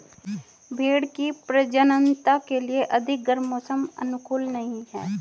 भेंड़ की प्रजननता के लिए अधिक गर्म मौसम अनुकूल नहीं है